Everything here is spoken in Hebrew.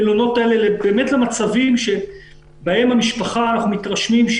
במלונות האלה בשאיפה אנחנו רוצים להכניס